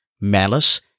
Malice